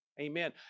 Amen